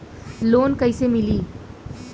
Loan कइसे मिलि?